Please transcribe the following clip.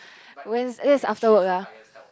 Wednes~ that's after work ah